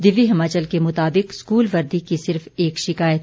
दिव्य हिमाचल के मुताबिक स्कूल वर्दी की सिर्फ एक शिकायत